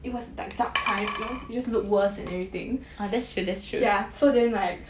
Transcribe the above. it was dark dark times you know you just look worse in everything ya so then right